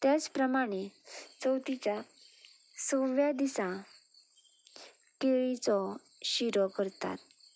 तेच प्रमाणे चवथीच्या सव्या दिसां केळीचो शिरो करतात